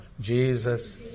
Jesus